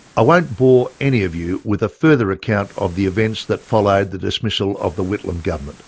i won't bore any of you with a further account of the events that followed the dismissal of the whitlam government